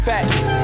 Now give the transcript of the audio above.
Facts